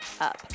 up